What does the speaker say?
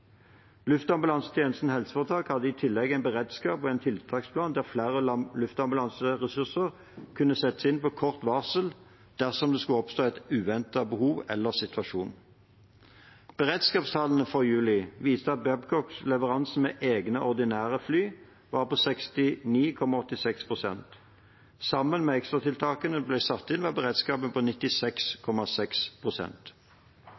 Luftambulansetjenesten HF hadde i tillegg en beredskap og en tiltaksplan der flere luftambulanseressurser kunne settes inn på kort varsel dersom det skulle oppstå et uventet behov eller situasjon. Beredskapstallene for juli viste at Babcocks leveranse med egne, ordinære fly var på 69,86 pst. Sammen med ekstratiltakene som ble satt inn, var beredskapen på